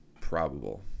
probable